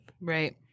Right